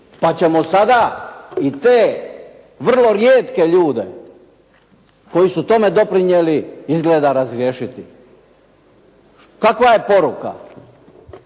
Pa ćemo sada i te vrlo rijetke ljude koji su tome doprinijeli izgleda razriješiti. Kakva je poruka?